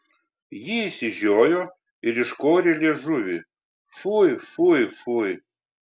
ji išsižiojo ir iškorė liežuvį fui fui fui